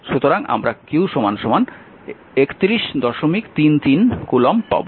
সুতরাং আমরা q 3133 coulomb পাব